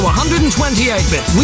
128-bit